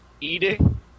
eating